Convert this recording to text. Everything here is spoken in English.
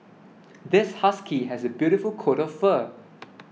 this husky has a beautiful coat of fur